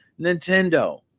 nintendo